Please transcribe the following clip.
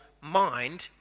mind